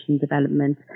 development